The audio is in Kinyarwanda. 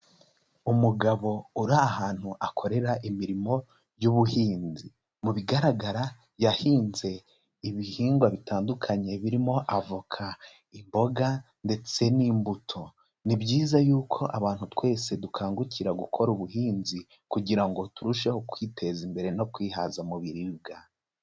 Umugabo uri ahantu akorera imirimo y'ubuhinzi, mu bigaragara yahinze ibihingwa bitandukanye birimo avoka, imboga, ndetse n'imbuto, ni byiza yuko abantu twese dukangukira gukora ubuhinzi kugira ngo turusheho kwiteza imbere no kwihaza mu biribwa.